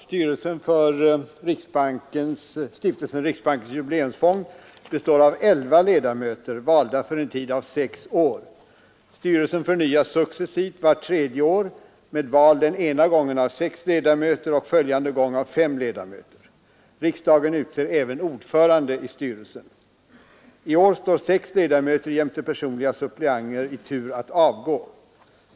Herr talman! Styrelsen för Stiftelsen Riksbankens jubileumsfond består av elva ledamöter, valda för en tid av sex år. Styrelsen förnyas successivt vart tredje år med val den ena gången av sex ledamöter och följande gång av fem ledamöter. Riksdagen utser även ordförande i styrelsen. I år står sex ledamöter jämte personliga suppleanter i tur att avgå.